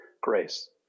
grace